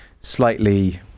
slightly